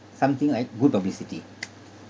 something like good publicity